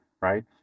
right